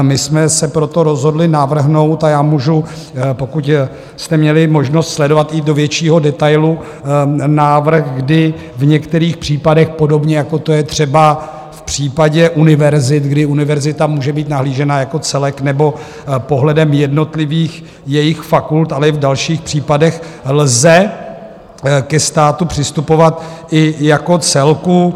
My jsme se proto rozhodli navrhnout, a já můžu, pokud jste měli možnost sledovat i do většího detailu návrh, kdy v některých případech podobně, jako to je třeba v případě univerzit, kdy univerzita může být nahlížena jako celek, nebo pohledem jednotlivých fakult, ale i v dalších případech, lze ke státu přistupovat i jako celku.